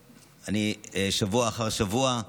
שבוע אחר שבוע,